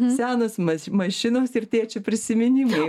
senos ma mašinos ir tėčio prisiminimai